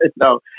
no